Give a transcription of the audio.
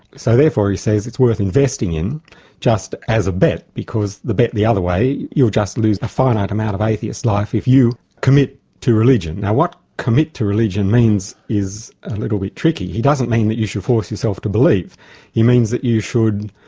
so therefore, he says, it's worth investing in just as a bet, because the bet the other way, you'll just lose the finite amount of atheist life if you commit to religion. now, what commit to religion means is a little bit tricky. he doesn't mean that you should force yourself to believe he means that you should,